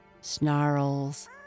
snarls